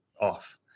off